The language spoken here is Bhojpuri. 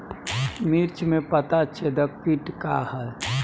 मिर्च में पता छेदक किट का है?